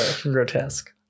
grotesque